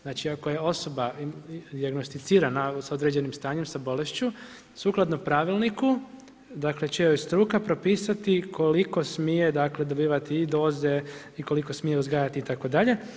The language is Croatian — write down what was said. Znači, ako je osoba dijagnosticirana s određenim stanjem sa bolešću, sukladno pravilniku dakle, će joj struka propisati koliko smije dobivati i doze i koliko smije uzgajati itd.